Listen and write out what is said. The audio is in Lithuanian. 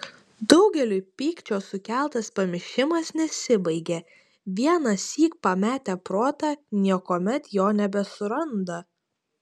daugeliui pykčio sukeltas pamišimas nesibaigia vienąsyk pametę protą niekuomet jo nebesuranda